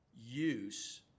use